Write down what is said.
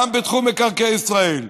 גם בתחום מקרקעי ישראל,